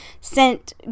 sent